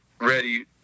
Ready